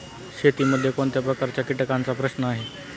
शेतीमध्ये कोणत्या प्रकारच्या कीटकांचा प्रश्न आहे?